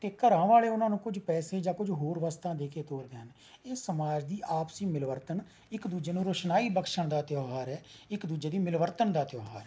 ਅਤੇ ਘਰਾਂ ਵਾਲੇ ਉਨ੍ਹਾਂ ਨੂੰ ਕੁਝ ਪੈਸੇ ਜਾਂ ਕੁਝ ਹੋਰ ਵਸਤਾਂ ਦੇ ਕੇ ਤੋਰਦੇ ਹਨ ਇਹ ਸਮਾਜ ਦੀ ਆਪਸੀ ਮਿਲਵਰਤਨ ਇੱਕ ਦੂਜੇ ਨੂੰ ਰੁਸ਼ਨਾਈ ਬਖਸ਼ਣ ਦਾ ਤਿਉਹਾਰ ਹੈ ਇੱਕ ਦੂਜੇ ਦੀ ਮਿਲਵਰਤਨ ਦਾ ਤਿਉਹਾਰ ਹੈ